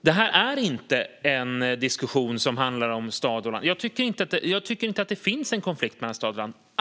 Det här är inte en diskussion som handlar om stad och land. Jag tycker inte att det finns en konflikt mellan stad och land.